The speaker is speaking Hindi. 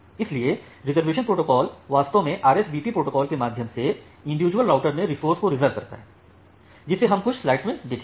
इसलिए रिज़र्वेशन प्रोटोकॉल वास्तव में आरएसवीपी प्रोटोकॉल के माध्यम से इंडिविजुअल राउटर में रिसोर्स को रिज़र्व करता है जिसे हम कुछ स्लाइड्स के बाद देखेंगे